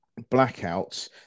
blackouts